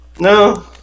No